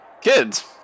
Kids